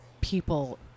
people